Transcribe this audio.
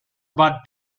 bud